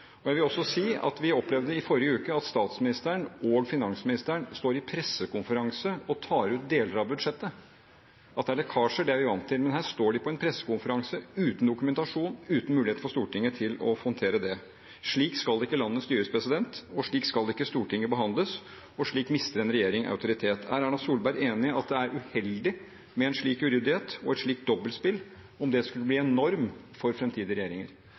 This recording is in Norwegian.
delt? Jeg vil også si at vi i forrige uke opplevde at statsministeren og finansministeren står i pressekonferanse og tar ut deler av budsjettet. At det er lekkasjer, er vi vant til, men her står de på en pressekonferanse uten dokumentasjon og uten mulighet for Stortinget til å håndtere det. Slik skal ikke landet styres, og slik skal ikke Stortinget behandles, og slik mister en regjering autoritet. Er Erna Solberg enig i at det er uheldig med en slik uryddighet og et slikt dobbeltspill om det skulle bli en norm for framtidige regjeringer?